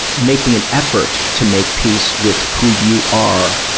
making an effort to make peace with who you are,